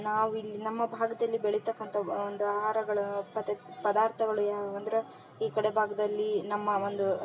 ನಾವು ಇಲ್ಲಿ ನಮ್ಮ ಭಾಗದಲ್ಲಿ ಬೆಳೀತಕ್ಕಂಥ ಒಂದು ಆಹಾರಗಳ ಪದತ್ ಪದಾರ್ಥಗಳು ಯಾವುವು ಅಂದರೆ ಈ ಕಡೆ ಭಾಗದಲ್ಲಿ ನಮ್ಮ ಒಂದು